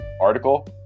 article